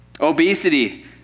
Obesity